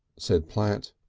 said platt.